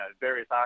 various